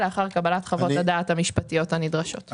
לאחר קבלת חוות הדעת המשפטיות הנדרשות.